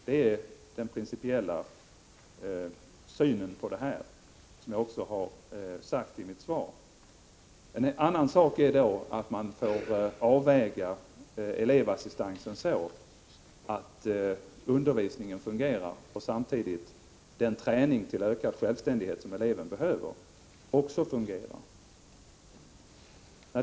Det är den principiella synen på frågan, som jag också har uttryckt i mitt svar. En annan sak är att man då får avväga elevassistansen så att undervisningen fungerar och samtidigt den träning till ökad självständighet som eleven behöver också fungerar.